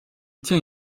tient